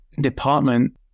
Department